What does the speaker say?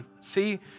See